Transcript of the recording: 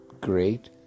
great